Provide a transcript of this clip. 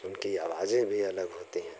इनकी आवाजें भी अलग होती है